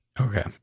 Okay